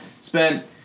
spent